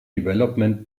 development